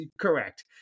Correct